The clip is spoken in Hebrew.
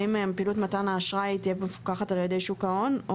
האם פעילות מתן האשראי תהיה מפוקחת על ידי שוק ההון?